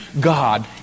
God